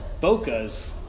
Boca's